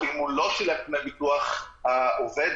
אם הוא לא שילם דמי ביטוח, העובד